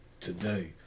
today